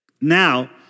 Now